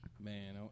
Man